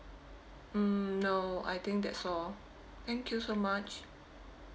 mm no I think that's all thank you so much